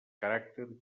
caràcter